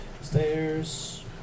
Stairs